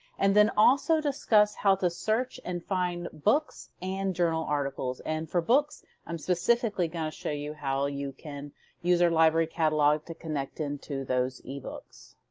and then also discuss how to search and find books and journal articles. and for books i'm specifically going to show you how you can use our library catalog to connect into those ebooks.